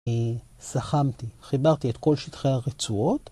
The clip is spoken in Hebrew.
‫סכמתי, חיברתי את כל שטחי הרצועות.